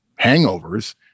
hangovers